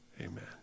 amen